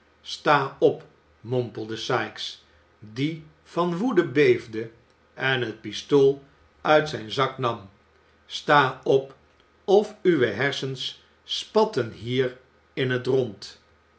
sta op mompelde sikes die van woede beefde en het pistool uit zijn zak nam sta op of uwe hersens spatten hier in het rond